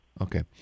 Okay